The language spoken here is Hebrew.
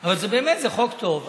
אבל זה באמת חוק טוב.